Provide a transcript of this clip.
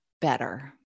better